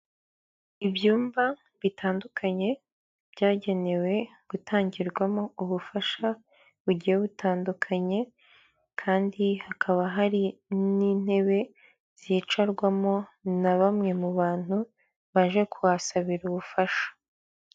Ibyumba bitandukanye byagenewe gutangirwamo ubufasha bugiye butandukanye, kandi hakaba hari n'intebe zicarwamo na bamwe mu bantu baje kuhasabira ubufasha.